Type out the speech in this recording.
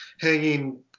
hanging